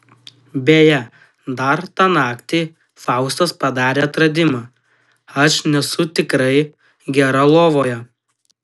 beje dar tą naktį faustas padarė atradimą aš nesu tikrai gera lovoje